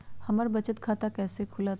हमर बचत खाता कैसे खुलत?